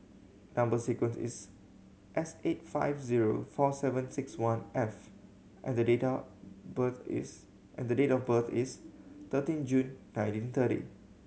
number sequence is S eight five zero four seven six one F and the data birth is and the date of birth is thirteen June nineteen thirty